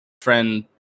friend